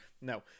No